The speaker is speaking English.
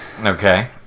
Okay